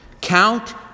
count